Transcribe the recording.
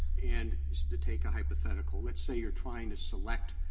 and to take a hypothetical, let's say you're trying to select